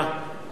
או נגד,